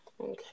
Okay